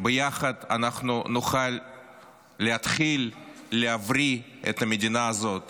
ביחד נוכל להתחיל להבריא את המדינה הזאת